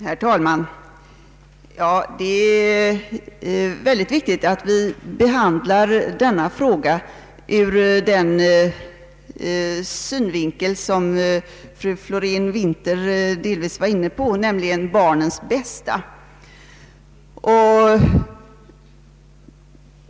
Herr talman! Det är mycket viktigt att vi ser denna fråga ur den synvinkel som fru Florén-Winther delvis berörde, nämligen barnens bästa.